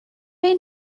این